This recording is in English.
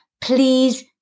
Please